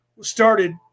started